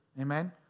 amen